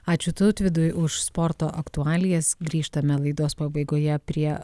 ačiū tautvydui už sporto aktualijas grįžtame laidos pabaigoje prie